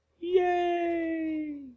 Yay